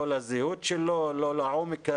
לא לזהות שלו,